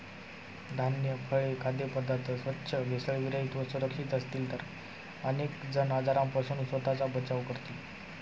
धान्य, फळे, खाद्यपदार्थ स्वच्छ, भेसळविरहित व सुरक्षित असतील तर अनेक जण आजारांपासून स्वतःचा बचाव करतील